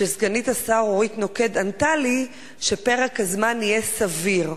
וסגנית השר אורית נוקד ענתה לי שפרק הזמן יהיה סביר.